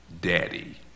daddy